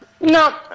No